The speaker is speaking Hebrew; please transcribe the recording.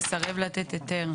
למהנדס הוועדה,